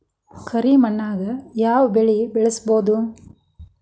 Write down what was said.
ಕರಿ ಮಣ್ಣಾಗ್ ಯಾವ್ ಬೆಳಿ ಬೆಳ್ಸಬೋದು?